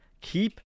keep